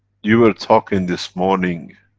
you were talking this morning,